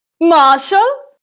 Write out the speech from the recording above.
Marshal